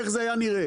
איך זה היה נראה.